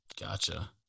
Gotcha